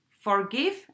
Forgive